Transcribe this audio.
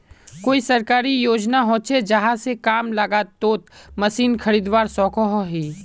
कोई सरकारी योजना होचे जहा से कम लागत तोत मशीन खरीदवार सकोहो ही?